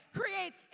create